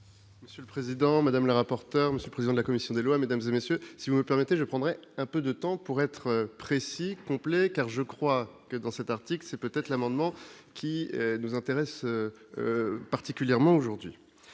Monsieur le Président Madame la rapporteur Monsieur le président de la commission des lois, mesdames et messieurs, si vous me permettez, je prendrai un peu de temps pour être précis, complet, car je crois que dans cet article, c'est peut-être l'amendement qui nous intéresse particulièrement aujourd'hui